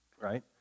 right